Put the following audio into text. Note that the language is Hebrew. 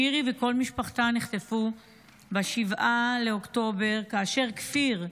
שירי וכל משפחתה נחטפו ב-7 באוקטובר, כאשר כפיר,